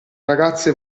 ragazze